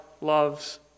loves